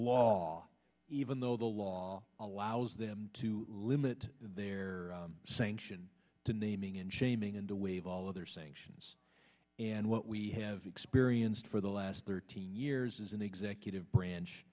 law even though the law allows them to limit their sanction to naming and shaming and to waive all of their sanctions and what we have experienced for the last thirteen years is an executive branch